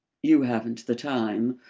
you haven't the time,